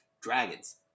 dragons